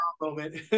moment